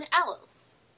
else